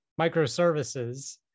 microservices